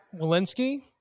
Walensky